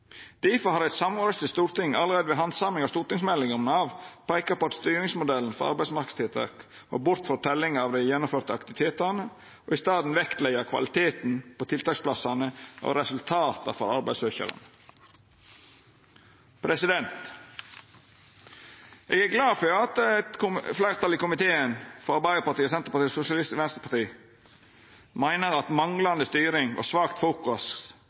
Difor har eit samrøystes storting allereie ved handsaminga av stortingsmeldinga om Nav peika på at styringsmodellen for arbeidsmarknadstiltak må bort frå teljinga av dei gjennomførte aktivitetane, og i staden vektleggja kvaliteten på tiltaksplassane og resultata for arbeidssøkjarane. Eg er glad for at eit fleirtal i komiteen, Arbeidarpartiet, Senterpartiet og SV, meiner at manglande styring og svakt fokus